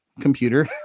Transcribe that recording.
computer